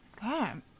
God